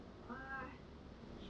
!woo!